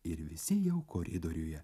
ir visi jau koridoriuje